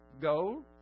gold